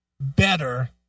better